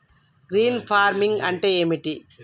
Green farming అంటే ఏమిటి?